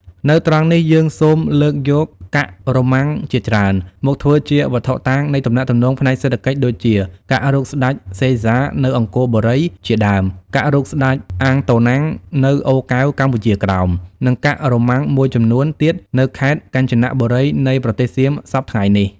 នៅត្រង់នេះយើងសូមលើកយកកាក់រ៉ូម៉ាំង ជាច្រើន មកធ្វើជាវត្ថុតាង នៃទំនាក់ទំនងផ្នែកសេដ្ឋកិច្ច ដូចជា កាក់រូបស្តេច សេហ្សា នៅអង្គរបូរី ជាដើម កាក់រូបស្តេច អាងតូណាំង នៅអូរកែវកម្ពុជាក្រោម និងកាក់រ៉ូម៉ាំងមួយចំនួន ទៀតនៅខេត្ត កញ្ជនៈបូរីនៃប្រទេសសៀមសព្វថ្ងៃនេះ ។